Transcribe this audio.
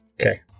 Okay